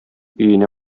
өенә